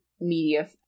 media